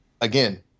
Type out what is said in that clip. again